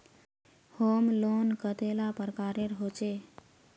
Home loan कतेला प्रकारेर होचे?